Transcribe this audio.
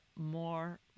more